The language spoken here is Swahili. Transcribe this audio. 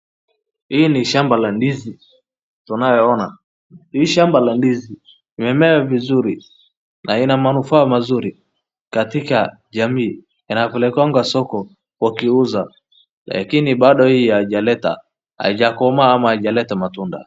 Hii ni shamba la ndizi tunayoona, hii shamba ya ndizi imemea vizuri na ina manufaa mazuri katika jamii, inapelekwanga soko wakiuza lakini bado hii haijakomaa ama haijaleta matunda.